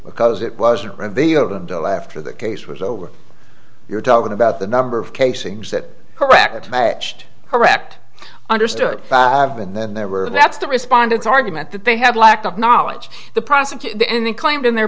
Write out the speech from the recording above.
because it wasn't revealed until after the case was over you're talking about the number of casings that correct attached correct understood and then there were that's the respondents argument that they had lack of knowledge the prosecutor in the claimed in their